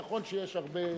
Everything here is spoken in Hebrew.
נכון שיש הרבה